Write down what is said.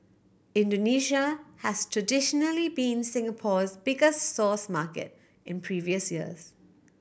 Indonesia has traditionally been Singapore's biggest source market in previous years